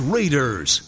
Raiders